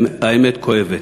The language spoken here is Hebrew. האמת כואבת.